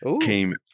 Came